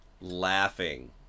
laughing